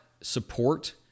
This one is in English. support